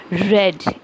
Red